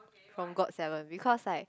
from got-seven because like